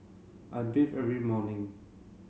I bathe every morning